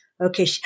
Okay